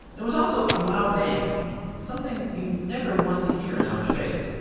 there was also a loud bang something you never want to hear in outer space.